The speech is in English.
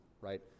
right